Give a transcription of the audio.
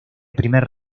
primer